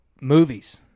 movies